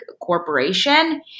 corporation